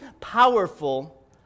powerful